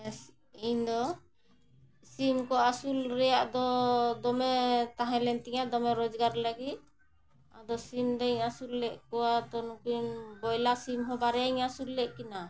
ᱦᱮᱸ ᱤᱧᱫᱚ ᱥᱤᱢ ᱠᱚ ᱟᱹᱥᱩᱞ ᱨᱮᱭᱟᱜ ᱫᱚ ᱫᱚᱢᱮ ᱛᱟᱦᱮᱸ ᱞᱮᱱ ᱛᱤᱧᱟᱹ ᱫᱚᱢᱮ ᱨᱚᱡᱽᱜᱟᱨ ᱞᱟᱹᱜᱤᱫ ᱟᱫᱚ ᱥᱤᱢ ᱫᱚᱧ ᱟᱹᱥᱩᱞ ᱞᱮᱫ ᱠᱚᱣᱟ ᱛᱳ ᱱᱩᱠᱤᱱ ᱵᱚᱭᱞᱟᱨ ᱥᱤᱢ ᱦᱚᱸ ᱵᱟᱨᱭᱟᱧ ᱟᱹᱥᱩᱞ ᱞᱮᱫ ᱠᱤᱱᱟᱹ